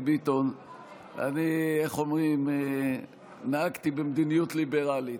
אני, איך אומרים, נהגתי במדיניות ליברלית.